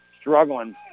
struggling